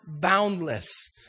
boundless